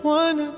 one